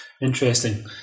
Interesting